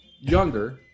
younger